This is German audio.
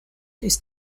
ist